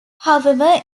however